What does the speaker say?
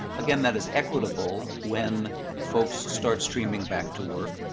again, that is equitable when folks start streaming back to work.